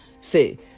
See